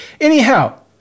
anyhow